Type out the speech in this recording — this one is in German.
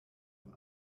von